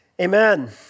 amen